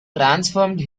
transformed